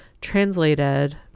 translated